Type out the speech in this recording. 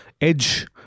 edge